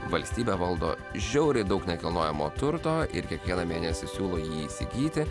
valstybę valdo žiauriai daug nekilnojamo turto ir kiekvieną mėnesį siūlo jį įsigyti